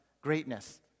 greatness